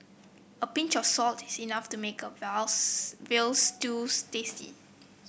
a pinch of salt is enough to make a while veal stew tasty